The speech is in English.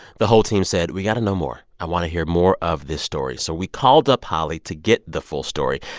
the whole team said, we got to know more. i want to hear more of this story. so we called up holly to get the full story.